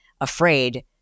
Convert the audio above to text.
afraid